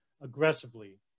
aggressively